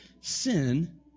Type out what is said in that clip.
sin